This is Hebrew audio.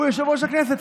הוא יושב-ראש הכנסת,